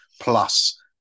plus